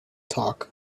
talk